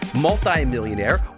Multi-millionaire